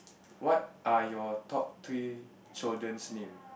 what are your top three children's name